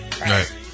right